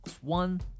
One